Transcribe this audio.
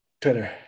Twitter